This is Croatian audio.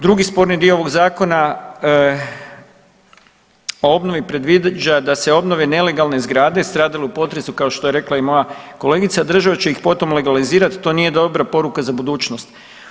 Drugi sporni dio ovog Zakona o obnovi predviđa da se obnove nelegalne zgrade stradale u potresu kao što je rekla i moja kolegica, država će ih potom legalizirati, to nije dobra poruka za budućnost.